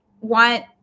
want